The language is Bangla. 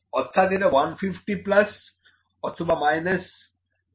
অর্থাৎ এটা 150 প্লাস অথবা মাইনাস 05